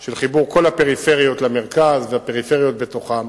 של חיבור כל הפריפריות למרכז, והפריפריות בתוכן,